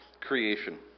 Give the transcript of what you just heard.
creation